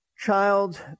child